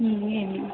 ಹ್ಞೂ ಹೇಳಿ